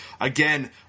again